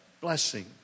blessing